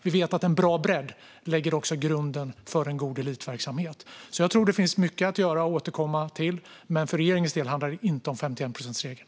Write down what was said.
Vi vet att en bra bredd också lägger grunden för en god elitverksamhet. Jag tror att det finns mycket att göra och återkomma till. Men för regeringens del handlar det inte om 51-procentsregeln.